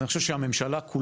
אז אני חושב שהממשלה כולה,